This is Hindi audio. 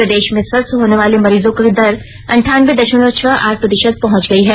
प्रदेश में स्वस्थ होने वाले मरीजों का दर अंठानयें दशमलव छह आठ प्रतिशत पहुंच गया है